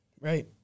Right